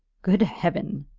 good heaven!